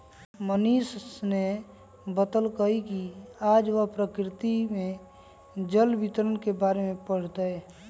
मनीष ने बतल कई कि आज वह प्रकृति में जल वितरण के बारे में पढ़ तय